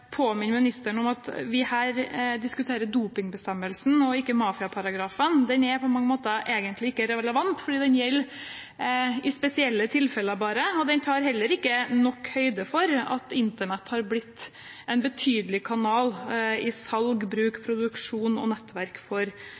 ministeren på at vi her diskuterer dopingbestemmelsen og ikke mafiaparagrafen. Den er på mange måter egentlig ikke relevant fordi den bare gjelder i spesielle tilfeller, og den tar heller ikke nok høyde for at Internett har blitt en betydelig kanal for salg, bruk, produksjon og nettverk for